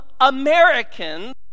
Americans